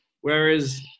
Whereas